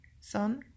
Son